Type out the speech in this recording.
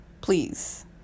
please